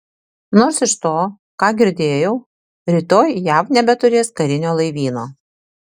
nors iš to ką girdėjau rytoj jav nebeturės karinio laivyno